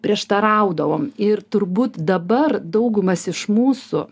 prieštaraudavom ir turbūt dabar daugumas iš mūsų